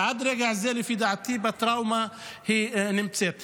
ועד רגע זה, לפי דעתי, היא נמצאת בטראומה.